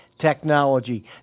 technology